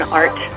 art